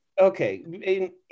Okay